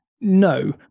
No